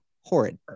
horrid